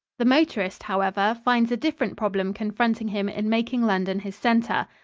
the motorist, however, finds a different problem confronting him in making london his center.